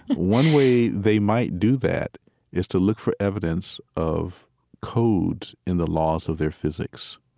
one way they might do that is to look for evidence of codes in the laws of their physics.